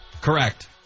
Correct